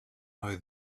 know